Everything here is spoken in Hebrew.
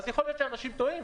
אז יכול להיות שאנשים טועים,